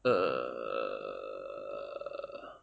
err